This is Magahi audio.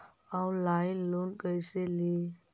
ऑनलाइन लोन कैसे ली?